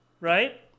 Right